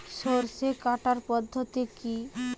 সরষে কাটার পদ্ধতি কি?